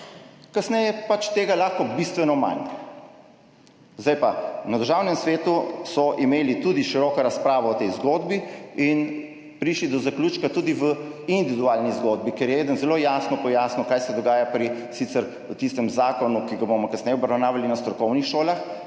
Kasneje je tega lahko bistveno manj. Na Državnem svetu so imeli tudi široko razpravo o tej zgodbi in prišli do zaključka tudi v individualni zgodbi, ker je eden zelo jasno pojasnil, kaj se dogaja, sicer pri tistem zakonu, ki ga bomo kasneje obravnavali, na strokovnih šolah,